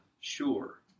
sure